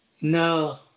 No